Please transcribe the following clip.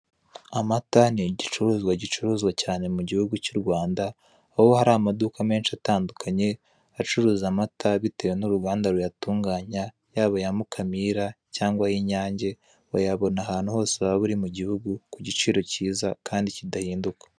Amata ni igicuruzwa gicuruzwa cyane mu gihugu cy'u Rwanda, aho hari amaduka nenshi atandukanye acuruza amata bitewe n'uruganda ruyatunganya, yaba aya Mukamira cyangwa ay'Inyange, wayabona ahantu hose waba uri mu gihugu, ku giciro cyiza kandi kidahinduka.